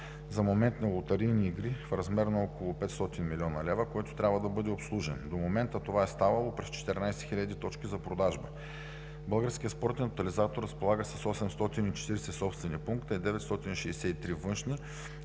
за моментни лотарийни игри в размер на около 500 милиона лева, който трябва да бъде обслужен. До момента това е ставало през 14 хиляди точки за продажби. Българският спортен тотализатор разполага с 840 собствени пункта и 963 външни,